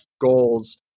goals